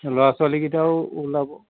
ল'ৰা ছোৱালীকেইটাও ওলাব